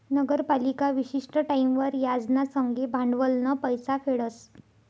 नगरपालिका विशिष्ट टाईमवर याज ना संगे भांडवलनं पैसा फेडस